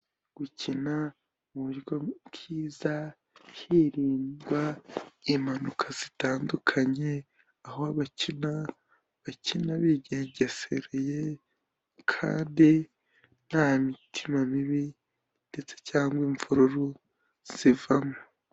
Gukina mu buryo bwiza hirindwa impanuka zitandukanye, aho abakina bakina bigengesereye kandi nta mitima mibi ndetse cyangwa imvururu zivamo.